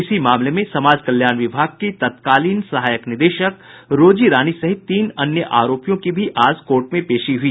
इसी मामले में समाज कल्याण विभाग की तत्कालीन सहायक निदेशक रोजी रानी सहित तीन अन्य आरोपियों की भी आज कोर्ट में पेशी हुई